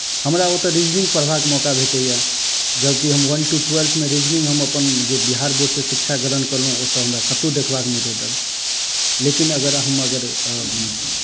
हमरा ओतय रिजनिंग पढ़बाक मौका भेटैए जबकि हम वन टु ट्वेल्व्थमे रीजनिंग हम अपन जे बिहार बोर्डसँ शिक्षा ग्रहण केलहुँ ओतय हमरा कतहु देखबाक नहि भेटल लेकिन अगर हम अगर